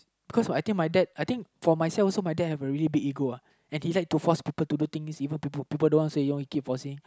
cause I think my dad I think for myself also my dad have a really big ego uh and he like to force people to do things even people people don't want say you know he keep forcing